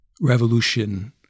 revolution